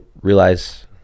realize